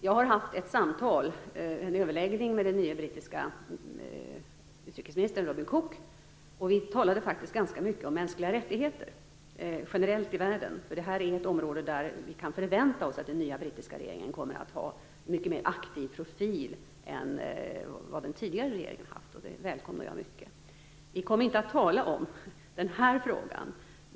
Jag har haft ett samtal, en överläggning, med den nye brittiske utrikesministern Robin Cook. Vi talade faktiskt ganska mycket om mänskliga rättigheter, generellt i världen, eftersom det är ett område där vi kan förvänta oss att den nya brittiska regeringen kommer att ha en mycket mer aktiv profil än vad den tidigare regeringen hade. Och det välkomnar jag mycket. Vi kom inte att tala om den här frågan.